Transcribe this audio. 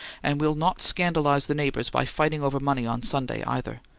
and we'll not scandalize the neighbours by fighting over money on sunday, either.